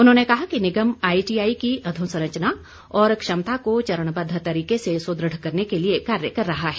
उन्होंने कहा कि निगम आईटीआई की अधोसंरचना और क्षमता को चरणबद्व तरीके से सुदृढ़ करने के लिए कार्य कर रहा है